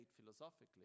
philosophically